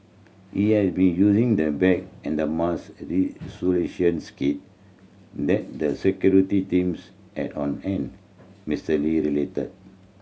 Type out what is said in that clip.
he had been using the bag and a mask kit that the security teams had on hand Mister Lee related